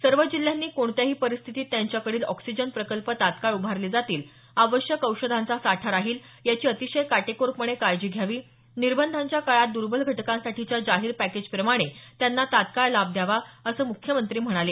सर्व जिल्ह्यांनी कोणत्याही परिस्थितीत त्यांच्याकडील ऑक्सिजन प्रकल्प तात्काळ उभारले जातील आवश्यक औषधांचा साठा राहील याची अतिशय काटेकोरपणे काळजी घ्यावी निर्बँधाच्या काळात दुर्बल घटकांसाठीच्या जाहीर पॅकेजप्रमाणे त्यांना तात्काळ लाभ द्यावा असं मुख्यमंत्री म्हणाले